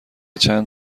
چند